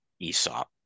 ESOP